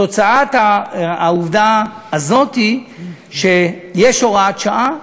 תוצאת העובדה הזאת היא שיש הוראת שעה,